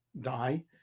die